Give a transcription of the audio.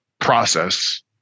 process